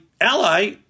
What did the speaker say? ally